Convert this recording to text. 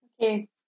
Okay